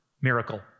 miracle